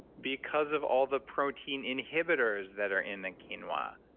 because of all the protein inhibitors that are in the quinoa.